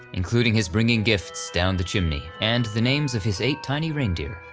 including his bringing gifts down the chimney and the names of his eight tiny reindeer.